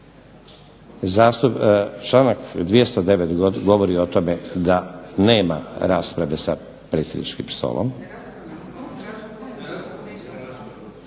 Članak 209. govori o tome da nema rasprave sa predsjedničkim stolom.